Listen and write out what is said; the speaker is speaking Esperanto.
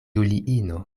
juliino